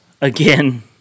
again